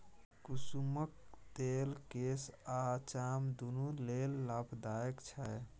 कुसुमक तेल केस आ चाम दुनु लेल लाभदायक छै